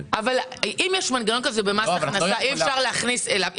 אם יש מנגנון כזה במס הכנסה, אי אפשר להכניס אליו.